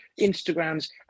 Instagrams